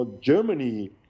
Germany